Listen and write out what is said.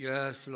Yes